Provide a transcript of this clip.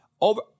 over